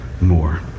more